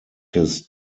his